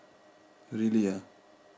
really ah